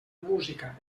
música